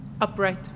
Upright